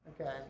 Okay